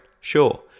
sure